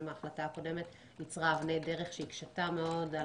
ההחלטה הקודמת יצרה אבני דרך שהקשו מאוד על